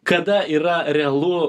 kada yra realu